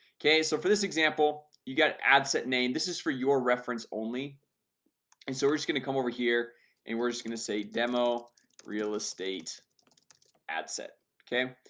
okay so for this example you got ad set name. this is for your reference only and so we're just gonna come over here and we're just gonna say demo real estate ad set okay,